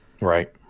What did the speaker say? Right